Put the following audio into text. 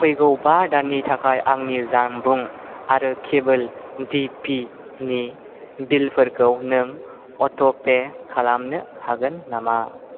फैगौ बा दाननि थाखाय आंनि जानबुं आरो केबोल टिभिनि बिलफोरखौ नों अट'पे खालामनो हागोन नामा